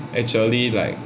actually like